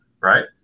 right